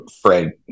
fred